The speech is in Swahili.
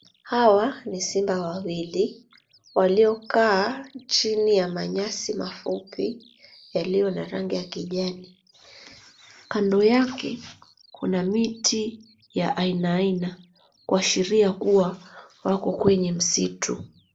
Hawa ni simba wawili waliokaa chini ya manyasi mafupi yaliyo na rangi ya kijani. Kando yake kuna miti ya aina aina kuashiria kuwa wako kwenye msitu.